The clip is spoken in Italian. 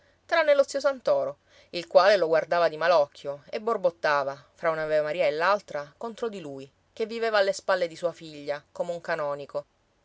tranne lo zio santoro il quale lo guardava di mal'occhio e borbottava fra un'avemaria e l'altra contro di lui che viveva alle spalle di sua figlia come un canonico